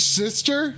sister